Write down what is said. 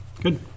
Good